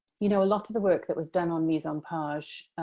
you know, a lot of the work that was done on mise-en-page,